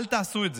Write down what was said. אל תעשו את זה.